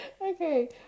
Okay